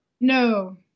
No